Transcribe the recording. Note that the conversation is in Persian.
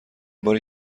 باری